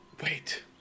Wait